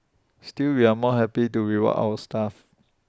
still we are more happy to reward our staff